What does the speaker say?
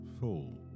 Full